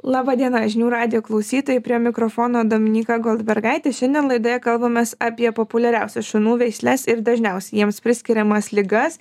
laba diena žinių radijo klausytojai prie mikrofono dominyka goldbergaitė šiandien laidoje kalbamės apie populiariausias šunų veisles ir dažniausiai jiems priskiriamas ligas